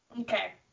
Okay